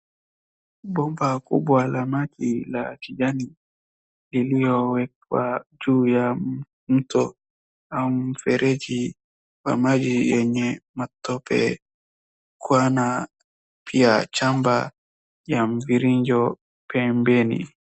Bomba kubwa la maji la kijani iliowekwa juu mto au mfereji wa maji yenye matope. Kuna pia chamba ya mviringo pembeni.